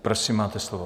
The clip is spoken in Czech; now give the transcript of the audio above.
Prosím máte slovo.